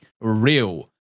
real